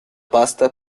pasta